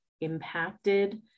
impacted